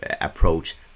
approach